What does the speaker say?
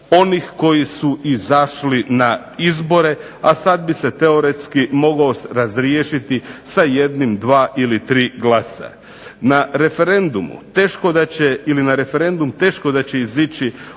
onih koji su izašli na izbore, a sad bi se teoretski mogao razriješiti sa 1, 2 ili 3 glasa. Na referendum teško da će izići